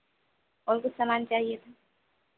और कुछ सामान चाहिए तो